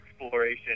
exploration